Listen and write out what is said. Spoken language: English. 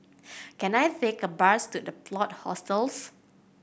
can I take a bus to The Plot Hostels